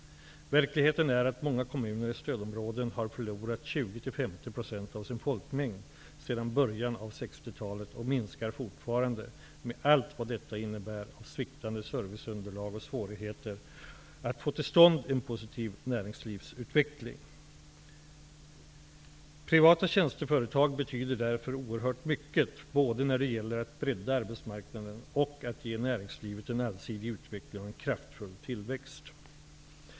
Verkligheten är att många kommuner i stödområden har förlorat 20--50 % av sin folkmängd sedan början av 60-talet, och den minskar fortfarande, med allt vad detta innebär av sviktande serviceunderlag och svårigheter att få till stånd en positiv näringslivsutveckling. Privata tjänsteföretag betyder därför oerhört mycket, både när det gäller att bredda arbetsmarknaden och när det gäller att ge näringslivet en allsidig utveckling och en kraftfull tillväxt.